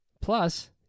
Plus